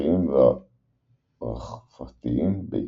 הסוככיים והרכפתיים, בעיקר.